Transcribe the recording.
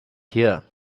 here